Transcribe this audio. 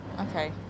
Okay